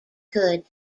could